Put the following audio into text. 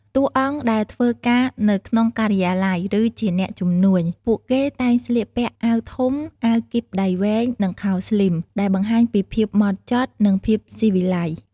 តួអង្គដែលធ្វើការនៅក្នុងការិយាល័យ ឬជាអ្នកជំនួញ ពួកគេតែងស្លៀកពាក់ អាវធំ អាវគីបដៃវែង និងខោស្លីម ដែលបង្ហាញពីភាពម៉ត់ចត់ និងភាពស៊ីវិល័យ។